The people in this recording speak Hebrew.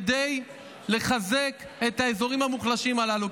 כדי לחזק את האזורים המוחלשים הללו,